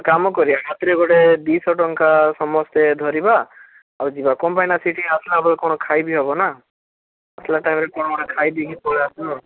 କାମ କରିବା ହାତରେ ଗୋଟେ ଦୁଇଶହଟଙ୍କା ସମସ୍ତେ ଧରିବା ଆଉ ଯିବା କ'ଣ ପାଇଁ ନା ସେଠି ଆସିଲାବେଳେ କ'ଣ ଖାଇ ବି ହେବନା ଆସିଲା ଟାଇମ୍ରେ କ'ଣ ଗୋଟେ ଖାଇପିଇକି ପଳାଇଆସିବୁ ଆଉ